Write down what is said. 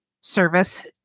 service